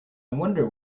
wonder